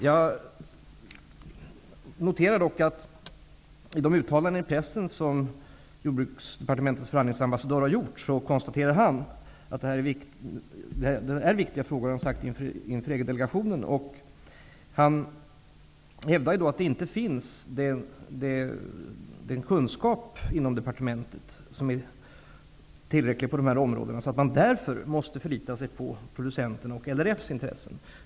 Jag noterar dock att Jordbruksdepartementets förhandlingsambassadör i sina uttalanden i pressen och inför EG-delegationen har sagt att det gäller viktiga frågor. Han hävdar att det inom departementet inte finns tillräcklig kunskap på dessa områden och man därför måste förlita sig på producenternas och RLF:s intressen.